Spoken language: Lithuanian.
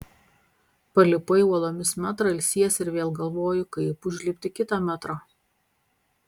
palipai uolomis metrą ilsiesi ir vėl galvoji kaip užlipti kitą metrą